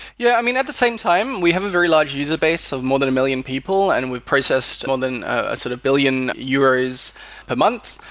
yeah. i mean, at the same time, we have a very large user base of more than a million people and we've processed more than ah sort of billion euros a month.